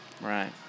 Right